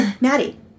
Maddie